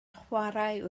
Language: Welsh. chwarae